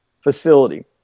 facility